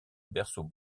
berceau